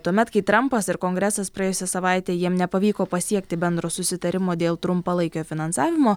tuomet kai trampas ir kongresas praėjusią savaitę jiem nepavyko pasiekti bendro susitarimo dėl trumpalaikio finansavimo